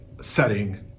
setting